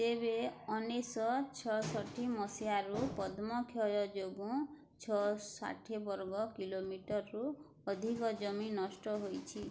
ତେବେ ଉଉଣେଇଶିଶହ ଛଅଷଠି ମସିହାରୁ ପଦ୍ମକ୍ଷୟ ଯୋଗୁଁ ଛଅଶହ ଷାଠିଏ ବର୍ଗ କିଲୋମିଟରରୁ ଅଧିକ ଜମି ନଷ୍ଟ ହୋଇଛି